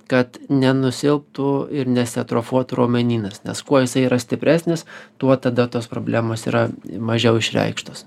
kad nenusilptų ir nesiatrofuotų raumenynas nes kuo jisai yra stipresnis tuo tada tos problemos yra mažiau išreikštos